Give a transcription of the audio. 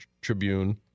Tribune